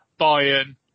Bayern